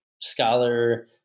scholar